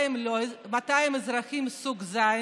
מתי הם אזרחים סוג ז'?